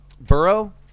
Burrow